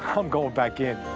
um going back in.